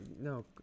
no